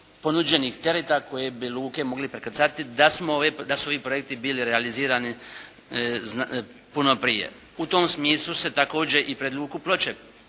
ponuđenih tereta koje bi luke mogli prekrcati, da su ovi projekti bili realizirani puno prije. U tom smislu se također i pred Luku Ploče